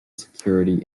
security